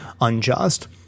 unjust